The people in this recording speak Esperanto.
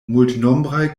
multnombraj